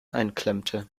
einklemmte